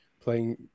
playing